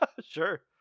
Sure